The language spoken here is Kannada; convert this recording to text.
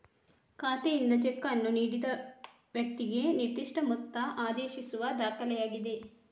ಖಾತೆಯಿಂದ ಚೆಕ್ ಅನ್ನು ನೀಡಿದ ವ್ಯಕ್ತಿಗೆ ನಿರ್ದಿಷ್ಟ ಮೊತ್ತ ಆದೇಶಿಸುವ ದಾಖಲೆಯಾಗಿದೆ